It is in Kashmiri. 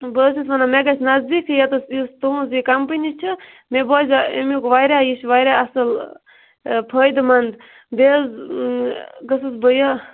بہٕ حظ چھَس دَپان مےٚ گَژھِ نزدیٖکھے یوٚتَس یُس تُہٕنٛز یہِ کمپٔنی چھِ مےٚ بوزیٚو امیُک واریاہ یہِ چھ واریاہ اصٕل فٲیِدٕمند بیٚیہِ حظ گٔژھس بہٕ یہِ